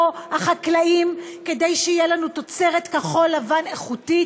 החקלאים כדי שתהיה לנו תוצרת כחול-לבן איכותית?